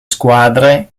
squadre